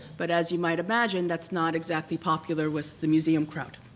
but as you might imagine, that's not exactly popular with the museum crowd.